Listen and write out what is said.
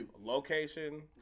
Location